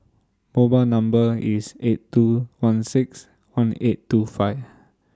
mobile Number IS eight two one six one eight two five